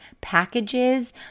packages